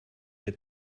mir